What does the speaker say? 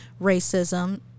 racism